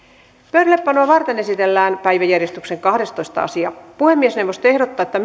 pöydällepanoa varten esitellään päiväjärjestyksen kahdestoista asia puhemiesneuvosto ehdottaa että